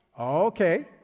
okay